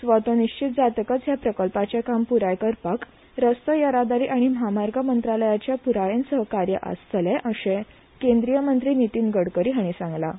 स्वाती निश्चित जातकच हया प्रकल्पाचे काम प्राय करपाक रस्तो येरादारी आनी म्हामार्ग मंत्रालयाचे प्रायेन सहकार्य आसतलें अर्शे केंद्रीय मंत्री नितीन गडकरी हांणी सांगलां